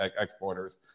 exporters